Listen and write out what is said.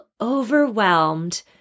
overwhelmed